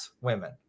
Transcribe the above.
women